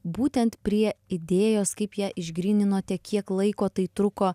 būtent prie idėjos kaip ją išgryninote kiek laiko tai truko